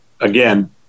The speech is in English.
again